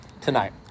tonight